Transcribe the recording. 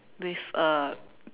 with a